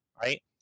right